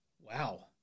Wow